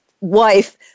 wife